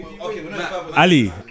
Ali